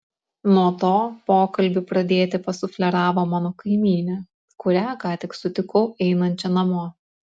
nuo to pokalbį pradėti pasufleravo mano kaimynė kurią ką tik sutikau einančią namo